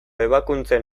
ebakuntzen